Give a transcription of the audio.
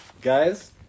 Guys